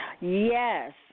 Yes